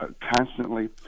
constantly